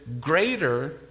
Greater